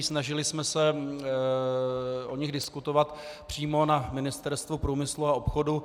Snažili jsme se o nich diskutovat přímo na Ministerstvu průmyslu a obchodu.